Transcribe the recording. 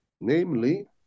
Namely